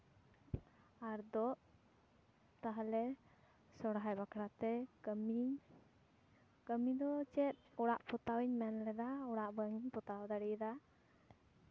ᱟᱨ ᱫᱚ ᱛᱟᱦᱞᱮ ᱥᱚᱦᱨᱟᱭ ᱵᱟᱠᱷᱨᱟᱛᱮ ᱠᱟᱹᱢᱤ ᱠᱟᱹᱢᱤ ᱫᱚ ᱪᱮᱫ ᱚᱲᱟᱜ ᱯᱚᱛᱟᱣ ᱤᱧ ᱢᱮᱱ ᱞᱮᱫᱟ ᱚᱲᱟᱜ ᱵᱟᱹᱧ ᱯᱚᱛᱟᱣ ᱫᱟᱲᱮᱭᱟᱫᱟ